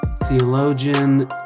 theologian